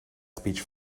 speech